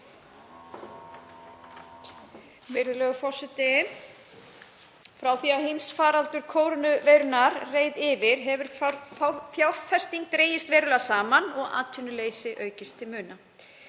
Virðulegur forseti. Frá því að heimsfaraldur kórónuveirunnar reið yfir hefur fjárfesting dregist verulega saman og atvinnuleysi aukist til muna.